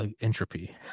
entropy